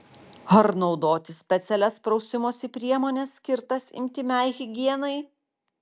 ar naudoti specialias prausimosi priemones skirtas intymiai higienai